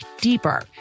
deeper